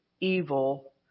evil